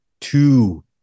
two